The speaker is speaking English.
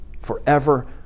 forever